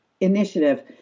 initiative